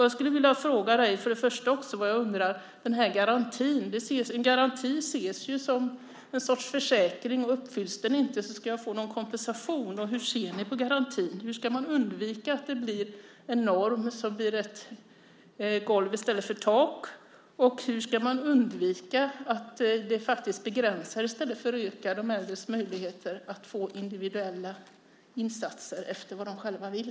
Jag skulle vilja ställa några frågor till dig. En garanti ses som en sorts försäkring. Uppfylls den inte ska jag få någon kompensation. Hur ser ni på garantin? Hur ska man undvika att det blir en norm som blir ett golv i stället för tak? Hur ska man undvika att det begränsar i stället för ökar de äldres möjligheter att få individuella insatser efter vad de själva vill?